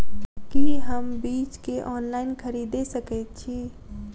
की हम बीज केँ ऑनलाइन खरीदै सकैत छी?